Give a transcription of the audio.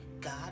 God